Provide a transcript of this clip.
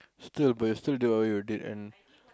still but you are still your dead end